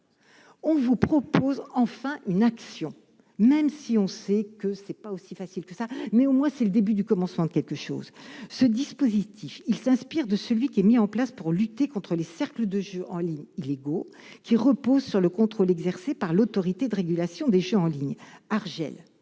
on vous propose enfin une action même si on sait que ce n'est pas aussi facile que ça, mais au moins, c'est le début du commencement de quelque chose, ce dispositif, il s'inspire de celui qui est mis en place pour lutter contre les cercles de jeux en ligne illégaux qui repose sur le contrôle exercé par l'Autorité de régulation des jeux en ligne,